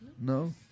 No